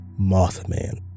Mothman